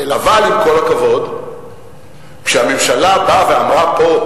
אבל עם כל הכבוד, כשהממשלה באה ואמרה פה: